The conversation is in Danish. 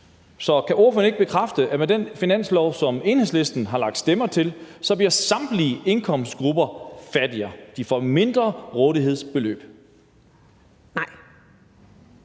Så kan ordføreren ikke bekræfte, at med den finanslov, som Enhedslisten har lagt stemmer til, bliver samtlige indkomstgrupper fattigere – altså, de får et mindre rådighedsbeløb? Kl.